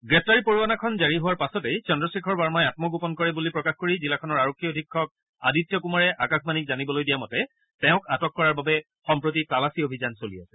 গ্ৰেগুাৰী পৰোৱানাখন জাৰি হোৱাৰ পাছতেই চন্দ্ৰশেখৰ বাৰ্মাই আমগোপন কৰে বুলি প্ৰকাশ কৰি জিলাখনৰ আৰক্ষী অধীক্ষক আদিত্য কুমাৰে আকাশবাণীক জানিবলৈ দিয়া মতে তেওঁক আটক কৰাৰ বাবে সম্প্ৰতি তালাচী অভিযান চলি আছে